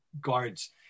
guards